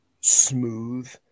smooth